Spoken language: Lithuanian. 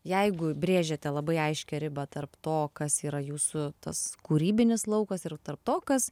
jeigu brėžiate labai aiškią ribą tarp to kas yra jūsų tas kūrybinis laukas ir tarp to kas